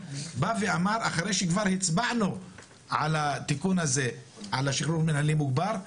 אמר אחרי שכבר הצבענו על התיקון הזה של שחרור מינהלי מוגבר,